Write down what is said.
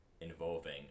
involving